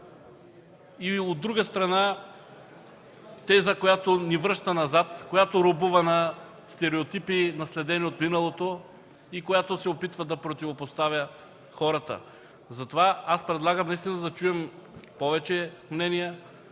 От друга страна, теза, която ни връща назад, която робува на стереотипи, наследени от миналото и която се опитва да противопоставя хората. Затова аз предлагам наистина да чуем повече мнения,